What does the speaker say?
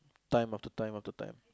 time after time after time